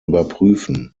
überprüfen